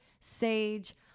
sage